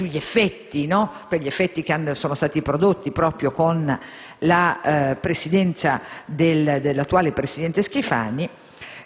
gli effetti che sono stati prodotti dalla Presidenza dell'attuale presidente Schifani -